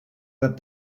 that